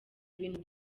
ibintu